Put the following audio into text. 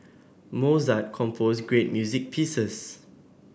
Mozart composed great music pieces